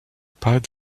pas